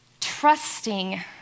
trusting